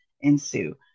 ensue